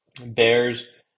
Bears